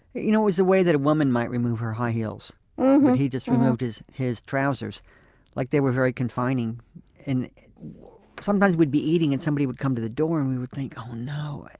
you know it was the way that a woman might remove her high heels he just removed his his trousers like they were very confining sometimes we'd be eating and somebody would come to the door. and we would think, oh, no.